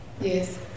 Yes